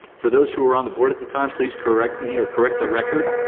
for those who were on the board at the time, please correct me, or correct the record.